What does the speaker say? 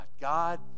God